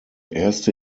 erste